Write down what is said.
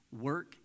Work